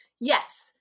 Yes